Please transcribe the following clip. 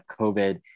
COVID